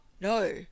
no